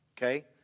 Okay